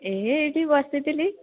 ଏ ଏଇଠି ବସିଥିଲି